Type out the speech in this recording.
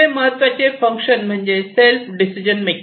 पुढचे महत्त्वाचे फंक्शन म्हणजे सेल्फ डिसिजन मेकिंग